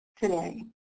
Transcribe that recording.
today